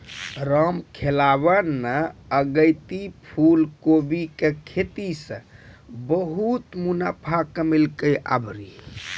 रामखेलावन न अगेती फूलकोबी के खेती सॅ बहुत मुनाफा कमैलकै आभरी